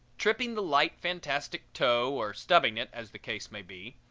tripping the light fantastic toe or stubbing it, as the case may be.